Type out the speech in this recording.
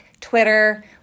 Twitter